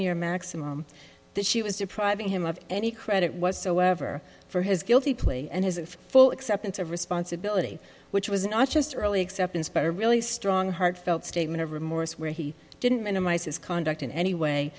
year maximum that she was depriving him of any credit whatsoever for his guilty plea and his if full acceptance of responsibility which was not just early acceptance but a really strong heartfelt statement of remorse where he didn't minimize his conduct in any way